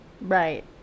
Right